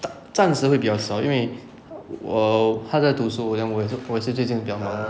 暂暂时会比较少因为我她在读书 then 我也是我也是最近比较忙